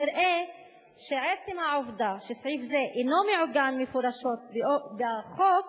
נראה שעצם העובדה שסעיף זה אינו מעוגן מפורשות בחוק